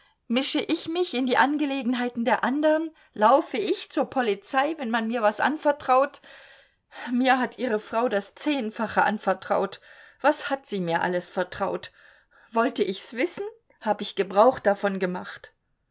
mische ich mich in die angelegenheiten der andern laufe ich zur polizei wenn man mir was anvertraut mir hat ihre frau das zehnfache anvertraut was hat sie mir alles vertraut wollte ich's wissen hab ich gebrauch davon gemacht